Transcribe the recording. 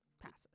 passes